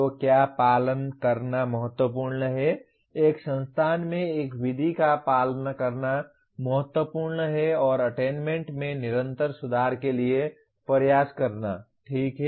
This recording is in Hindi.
तो क्या पालन करना महत्वपूर्ण है एक संस्थान में एक विधि का पालन करना महत्वपूर्ण है और अटेन्मेन्ट में निरंतर सुधार के लिए प्रयास करना ठीक है